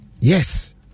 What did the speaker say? Yes